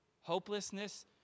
Hopelessness